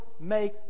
make